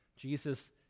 Jesus